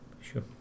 Sure